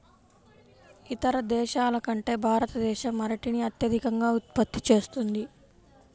ఇతర దేశాల కంటే భారతదేశం అరటిని అత్యధికంగా ఉత్పత్తి చేస్తుంది